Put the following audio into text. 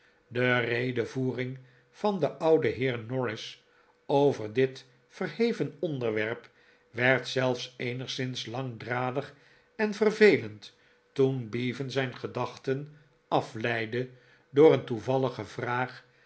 de redevoering van den ouden heer norris over dit verheven onderwerp werd zelfs eenigszins langdradig en vervelend toen bevan zijn gedachten afleidde door een toevallige vraag